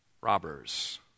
robbers